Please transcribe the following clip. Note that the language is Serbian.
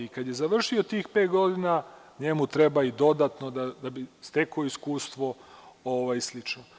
I kad završi tih pet godina, njemu treba i dodatno da bi stekao iskustvo i slično.